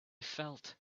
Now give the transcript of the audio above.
felt